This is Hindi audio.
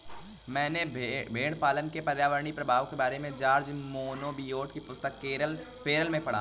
मैंने भेड़पालन के पर्यावरणीय प्रभाव के बारे में जॉर्ज मोनबियोट की पुस्तक फेरल में पढ़ा